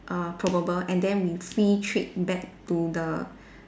err probable and then we free trade back to the